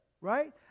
right